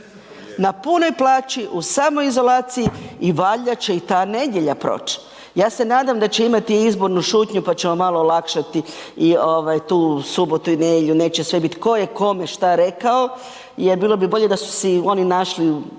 na punoj plaći u samoj izolaciji i valjda će i ta nedjelja proći. Ja se nadam da će imati izbornu šutnju pa ćemo malo olakšati i ovaj tu subotu i nedjelju neće sve bit tko je kome šta rekao jer bilo bi bolje da su si oni našli,